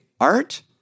art